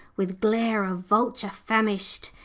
with glare of vulture famished,